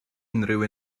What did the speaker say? unrhyw